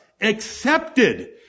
accepted